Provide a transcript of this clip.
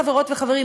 חברות וחברים,